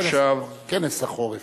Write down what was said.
כנס החורף.